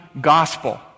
gospel